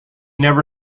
never